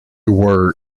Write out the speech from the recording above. were